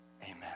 Amen